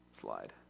slide